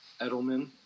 Edelman